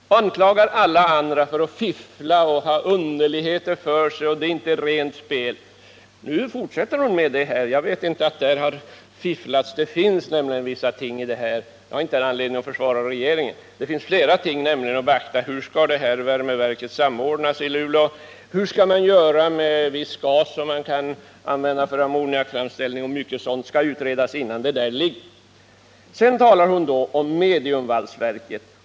Hon anklagar alla andra för att ”fiffla” och ”ha underligheter för sig” och ”det är inte rent spel”. Nu fortsätter Birgitta Hambraeus med detta här i kammaren. Jag vet inte om att det har fifflats. Det finns nämligen vissa frågor — jag har ingen anledning att försvara regeringen — att beakta i detta sammanhang, t.ex.: Hur skall värmeverket samordnas i Luleå? Hur skall man göra med viss gas, som man kan använda för ammoniakframställning? Många sådana spörsmål skall utredas, innan det där förslaget läggs fram. Sedan talar Birgitta Hambreaus om mediumvalsverket.